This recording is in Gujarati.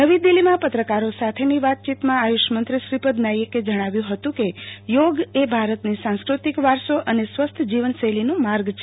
નવીદિલ્હીમા પત્રકારો સાથેની વાતચીતમાં આયૂષમંત્રી શ્રીપદ નાઈકે જણાવ્યુ હતુ કે યોગ એ ભારતની સાંસ્કતિક વારસો અને સ્વસ્થ જીવનશૈલીનો માગ છે